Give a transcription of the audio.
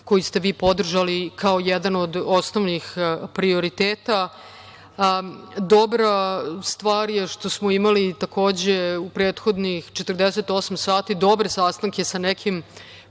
koji ste vi podržali, kao jedan od osnovnih prioriteta. Dobra stvar je što smo imali u prethodnih 48 sati dobre sastanke sa nekim